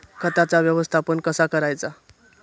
खताचा व्यवस्थापन कसा करायचा?